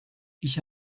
ich